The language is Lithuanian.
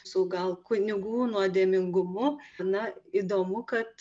su gal kunigų nuodėmingumu na įdomu kad